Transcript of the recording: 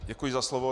Děkuji za slovo.